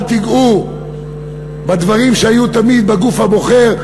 אל תיגעו בדברים שהיו תמיד בגוף הבוחר,